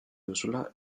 duzula